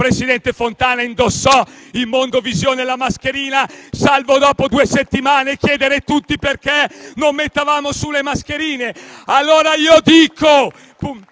il presidente Fontana indossò in mondo visione la mascherina, salvo dopo due settimane chiedere tutti perché non mettevamo le mascherine,